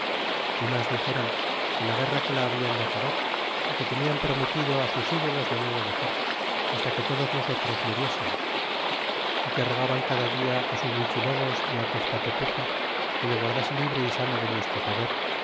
y mas dixeron que la guerra que la hablan de acabar y que tenian prometido á sus ídolos de no lo dexar hasta que todos nosotros muriésemos y que rogaban cada dia á su huichilobos y á tezcatepuca que le guardase libre y sano de nuestro poder